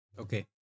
Okay